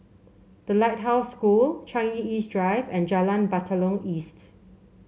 The Lighthouse School Changi East Drive and Jalan Batalong East